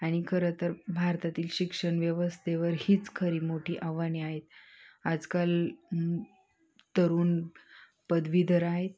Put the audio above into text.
आणि खरं तर भारतातील शिक्षण व्यवस्थेवर हीच खरी मोठी आव्हाने आहेत आजकाल तरुण पदवीधर आहेत